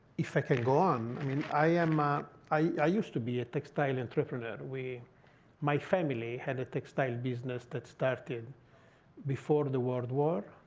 if i can go on, i mean i am um i used to be a textile entrepreneur. we my family had a textile business that started before the world war.